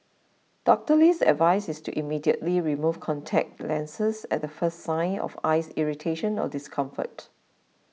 Doctor Lee's advice is to immediately remove contact lenses at the first sign of eye irritation or discomfort